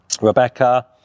Rebecca